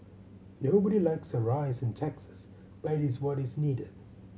nobody likes a rise in taxes but it is what is needed